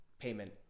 payment